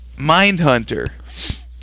Mindhunter